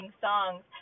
songs